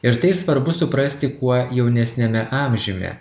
ir tai svarbu suprasti kuo jaunesniame amžiume